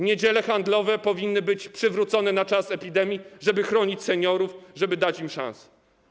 Niedziele handlowe powinny być przywrócone na czas epidemii, żeby chronić seniorów, żeby dać im szansę.